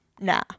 nah